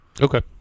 Okay